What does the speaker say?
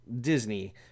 disney